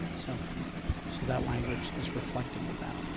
so so that language is reflective of that.